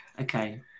Okay